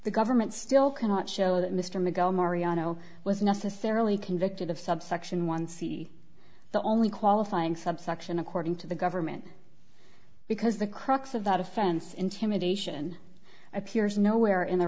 the government still cannot show that mr mcgowan marianna was necessarily convicted of subsection one c the only qualifying subsection according to the government because the crux of that offense intimidation appears nowhere in the